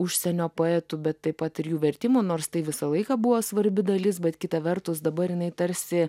užsienio poetų bet taip pat ir jų vertimų nors tai visą laiką buvo svarbi dalis bet kita vertus dabar jinai tarsi